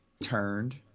turned